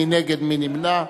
מי נגד? מי נמנע?